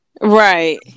right